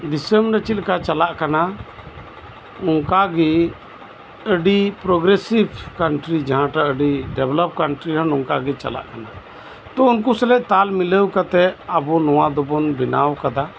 ᱫᱤᱥᱚᱢ ᱨᱮ ᱪᱮᱫ ᱞᱮᱠᱟ ᱪᱟᱞᱟᱜ ᱠᱟᱱᱟ ᱚᱱᱠᱟ ᱜᱤ ᱟᱹᱰᱤ ᱯᱨᱳᱜᱮᱥᱤᱯ ᱠᱟᱱᱴᱨᱤ ᱡᱟᱸᱦᱟᱴᱟᱜ ᱟᱹᱰᱤ ᱰᱮᱵᱷᱮᱞᱚᱯ ᱠᱟᱱᱴᱨᱤ ᱦᱚᱸ ᱱᱚᱝᱠᱟ ᱜᱮ ᱪᱟᱞᱟᱜ ᱠᱟᱱᱟ ᱛᱳ ᱩᱱᱠᱩᱥᱟᱞᱟᱜ ᱛᱟᱞ ᱢᱤᱞᱟᱹᱣ ᱠᱟᱛᱮᱫ ᱟᱵᱚ ᱱᱚᱣᱟ ᱫᱚᱵᱚᱱ ᱵᱮᱱᱟᱣ ᱟᱠᱟᱫᱟ